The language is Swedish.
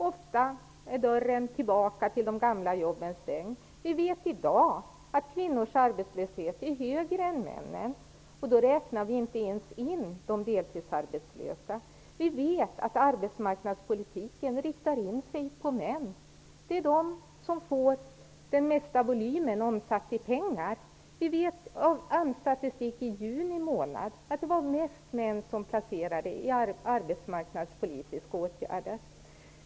Ofta är vägen tillbaka till de gamla jobben stängd. Vi vet i dag att kvinnors arbetslöshet är högre än mäns. Då räknar vi inte ens in de deltidsarbetslösa. Vi vet att arbetsmarknadspolitiken riktar in sig på män. De får den största volymen omsatt i pengar. Vi vet av AMS:s statistik för juni månad att det var flest män som var placerade i arbetsmarknadspolitiska åtgärder.